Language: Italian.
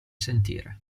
sentire